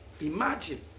Imagine